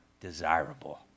desirable